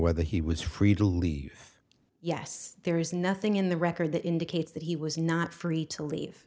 whether he was free to leave yes there is nothing in the record that indicates that he was not free to leave